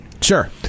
Sure